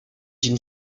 une